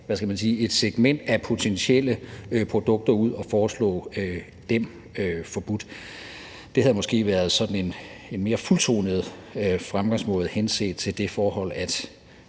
et segment af potentielle produkter ud og foreslå dem forbudt. Det havde måske været en mere fuldtonet fremgangsmåde henset til det forhold,